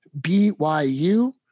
BYU